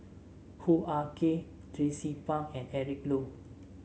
Hoo Ah Kay Tracie Pang and Eric Low